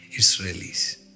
Israelis